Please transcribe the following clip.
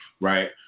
right